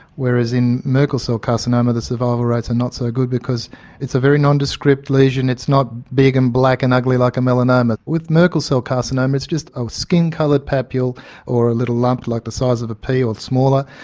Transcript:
whereas in merkel cell carcinoma the survival rates are and not so good because it's a very non-descript lesion, it's not big and black and ugly like a melanoma. with merkel cell carcinoma it's just a skin coloured papule or a little lump like the size of a pea or smaller.